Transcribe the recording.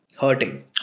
hurting